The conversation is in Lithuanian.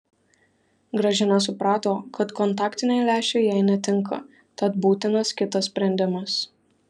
gražina suprato kad kontaktiniai lęšiai jai netinka tad būtinas kitas sprendimas